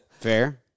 Fair